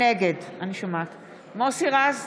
נגד מוסי רז,